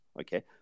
okay